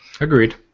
Agreed